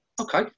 okay